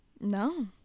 No